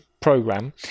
program